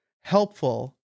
helpful